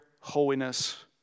holiness